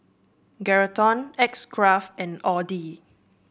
Geraldton X Craft and Audi